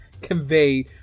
convey